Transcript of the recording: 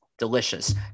delicious